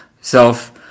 self